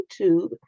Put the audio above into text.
YouTube